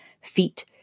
Feet